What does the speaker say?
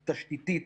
תשתיתית,